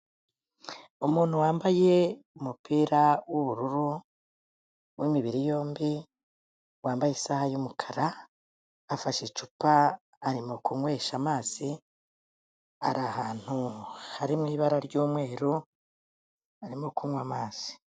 Umuntu wambaye umupira w'ubururu w'imibiri yombi wambaye isaha y'umukara, afashe icupa arimo kunywesha amazi, ari ahantu hari mu ibara ry'umweru arimo kunywa amazi.